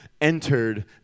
entered